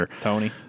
Tony